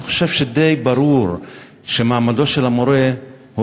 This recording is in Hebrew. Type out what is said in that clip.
אני חושב שדי ברור שמעמדו של המורה הוא